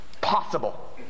possible